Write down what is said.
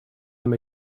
him